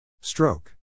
Stroke